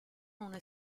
una